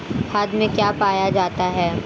खाद में क्या पाया जाता है?